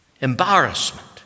Embarrassment